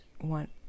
want